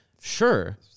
sure